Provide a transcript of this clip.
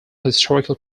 historical